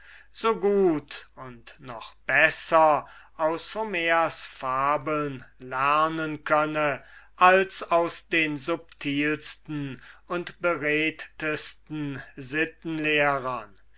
so gut und noch besser aus homers fabeln lernen könne als aus den subtilsten oder beredtesten